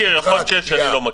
יכול להיות שיש, אני לא מכיר.